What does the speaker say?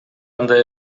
андай